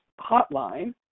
hotline